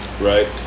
Right